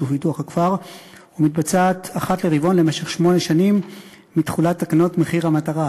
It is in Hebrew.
ופיתוח הכפר ומתבצעת אחת לרבעון למשך שמונה שנים מתחולת תקנות מחיר המטרה,